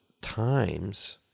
times